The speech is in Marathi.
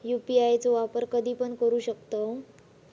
यू.पी.आय चो वापर कधीपण करू शकतव?